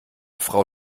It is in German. frau